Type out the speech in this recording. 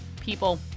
people